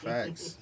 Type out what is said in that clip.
Facts